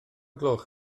gloch